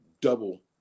double